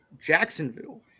Jacksonville